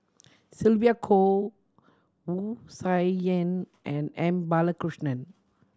Sylvia Kho Wu Tsai Yen and M Balakrishnan